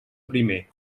primer